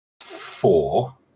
four